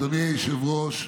אדוני היושב-ראש,